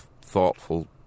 thoughtful